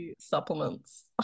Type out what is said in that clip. supplements